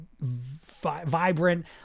vibrant